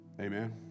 Amen